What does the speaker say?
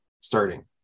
starting